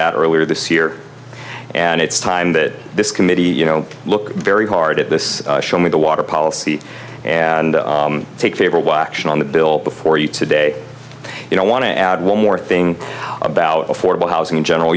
that earlier this year and it's time that this committee you know look very hard at this show me the water policy and take favorable action on the bill before you today you don't want to add one more thing about affordable housing in general